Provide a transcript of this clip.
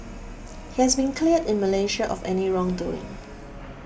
he has been cleared in Malaysia of any wrongdoing